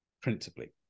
Principally